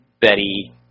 Betty